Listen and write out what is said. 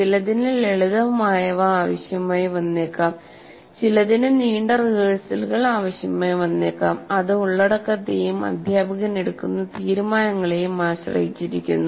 ചിലതിന് ലളിതമായവ ആവശ്യമായി വന്നേക്കാം ചിലതിന് നീണ്ട റിഹേഴ്സലുകൾ ആവശ്യമായി വന്നേക്കാം അത് ഉള്ളടക്കത്തെയും അധ്യാപകൻ എടുക്കുന്ന തീരുമാനങ്ങളെയും ആശ്രയിച്ചിരിക്കുന്നു